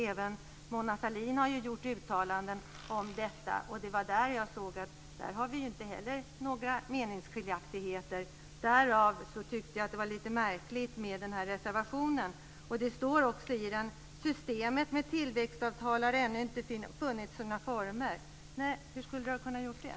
Även Mona Sahlin har gjort uttalanden om detta. Inte heller där förekommer det några meningsskiljaktigheter. Därför tyckte jag att det var lite märkligt med reservationen. Det står där: "Systemet med tillväxtavtal har ännu inte funnit sina former." Nej, hur skulle det kunna ha gjort det?